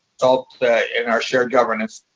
consult in our shared governance,